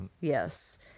Yes